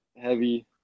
heavy